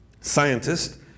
scientist